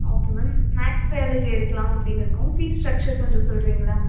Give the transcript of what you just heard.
okay ma'am maths biology எடுக்கலாம் அப்படின்னு இருக்கோம் ஃபீஸ் ஸ்ட்ரக்சர் கொஞ்சம் சொல்கிறிங்களா